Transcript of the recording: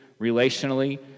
relationally